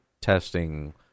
testing